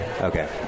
Okay